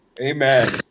Amen